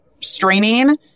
straining